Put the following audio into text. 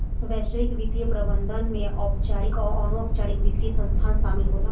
वैश्विक वित्तीय प्रबंधन में औपचारिक आ अनौपचारिक वित्तीय संस्थान शामिल होला